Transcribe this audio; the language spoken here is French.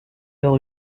leur